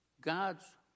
God's